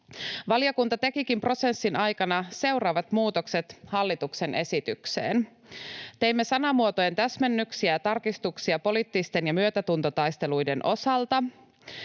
Valiokunta tekikin prosessin aikana seuraavat muutokset hallituksen esitykseen: Teimme sanamuotojen täsmennyksiä ja tarkistuksia poliittisten ja myötätuntotaisteluiden osalta.